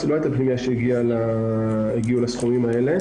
ולא הייתה פנימייה שהגיעה לסכומים האלה.